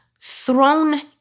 Thrown